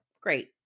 Great